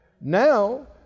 Now